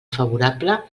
favorable